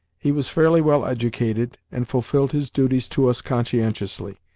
he was fairly well educated, and fulfilled his duties to us conscientiously,